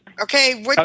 okay